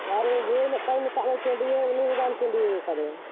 ᱟᱨ ᱩᱱᱤ ᱜᱟᱹᱭ ᱢᱤᱫᱴᱟᱝ ᱢᱮᱛᱟᱫ ᱢᱮ ᱪᱟᱹᱰᱭᱟᱹᱣ ᱩᱱᱤ ᱦᱚᱸ ᱵᱟᱢ ᱪᱟᱹᱰᱭᱟᱹᱣ ᱟᱠᱟᱫᱮᱭᱟ